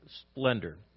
splendor